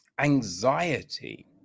anxiety